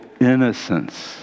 innocence